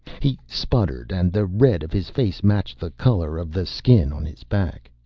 he sputtered, and the red of his face matched the color of the skin on his back.